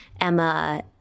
Emma